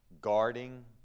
guarding